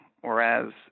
Whereas